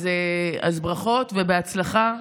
אז ברכות ובהצלחה,